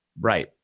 Right